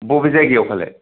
बबे जायगायाव फालाय